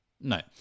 No